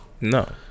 no